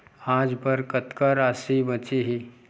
आज बर कतका राशि बचे हे?